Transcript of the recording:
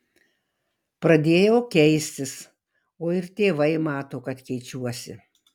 pradėjau keistis o ir tėvai mato kad keičiuosi